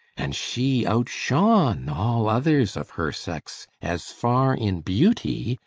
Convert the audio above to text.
and she outshone all others of her sex as far in beauty,